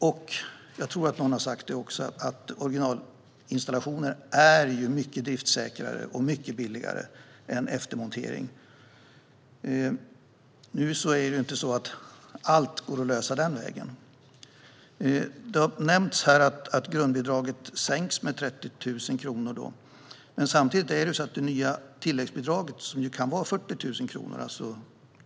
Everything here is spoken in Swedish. Och, som någon har sagt, originalinstallationer är mycket driftssäkrare och mycket billigare än eftermontering. Men allt går inte att lösa den vägen. Det har nämnts här att grundbidraget sänks med 30 000 kronor. Men samtidigt kan det nya tilläggsbidraget vara 40 000 kronor.